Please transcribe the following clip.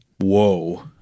Whoa